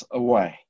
away